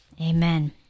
Amen